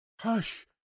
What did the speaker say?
Hush